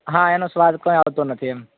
હા એનો સ્વાદ પણ આવતો નથી એમ